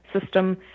system